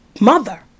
mother